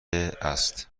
است